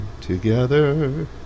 together